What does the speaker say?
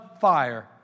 fire